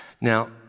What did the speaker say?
Now